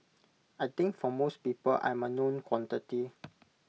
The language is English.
I think for most people I'm A known quantity